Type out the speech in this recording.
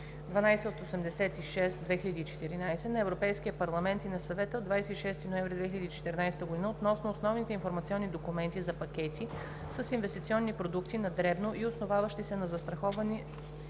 1286/2014 на Европейския парламент и на Съвета от 26 ноември 2014 г. относно основните информационни документи за пакети с инвестиционни продукти на дребно и основаващи се на застраховане